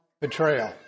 betrayal